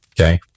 Okay